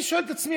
אני שואל את עצמי,